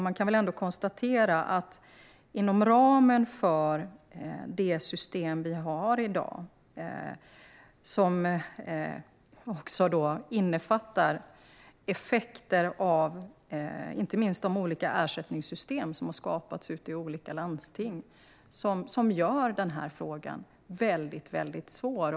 Man kan väl ändå konstatera att det system vi har i dag också innefattar effekter av inte minst de olika ersättningssystem som har skapats i olika landsting. Det gör denna fråga väldigt, väldigt svår.